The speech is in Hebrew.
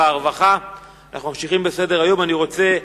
הרווחה והבריאות נתקבלה.